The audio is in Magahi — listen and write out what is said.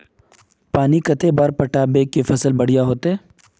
पानी कते बार पटाबे जे फसल बढ़िया होते?